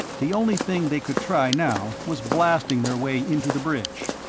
the only thing they could try now was blasting their way into the bridge.